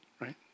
right